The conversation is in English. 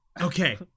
okay